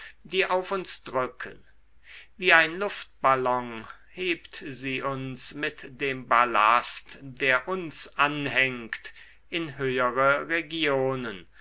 die auf uns drücken wie ein luftballon hebt sie uns mit dem ballast der uns anhängt in höhere regionen